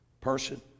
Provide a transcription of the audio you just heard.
person